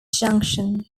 junction